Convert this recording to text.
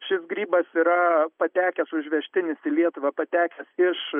šis grybas yra patekęs užvežtinis į lietuvą patekęs iš